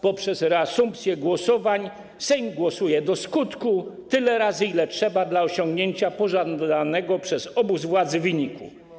Poprzez reasumpcję głosowań Sejm głosuje do skutku, tyle razy, ile trzeba, dla osiągnięcia pożądanego przez obóz władzy wyniku.